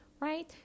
right